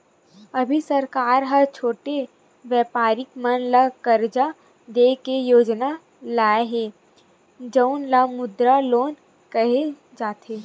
अभी सरकार ह छोटे बेपारी मन ल करजा दे के योजना लाए हे जउन ल मुद्रा लोन केहे जाथे